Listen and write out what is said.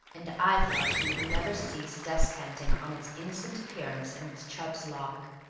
and i thought he would never cease descanting on its innocent appearance and its chubb's lock.